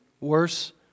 worse